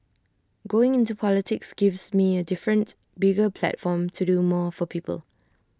going into politics gives me A different bigger platform to do more for people